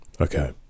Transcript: Okay